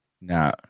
now